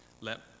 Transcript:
let